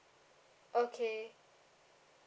okay